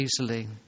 easily